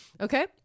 Okay